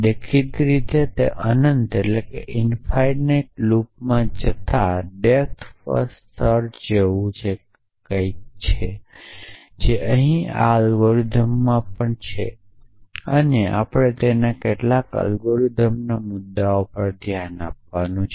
દેખીતી રીતે તે અનંત લૂપમાં જતાં ડેપ્થ ફર્સ્ટ સર્ચ જેવુ છે જે અહીં આ અલ્ગોરિધમમાં પણ છે અને આપણે તે કેટલાક અલ્ગોરિધમનો મુદ્દાઓ પર ધ્યાન આપવાનું છે